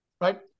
right